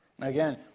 Again